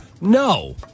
no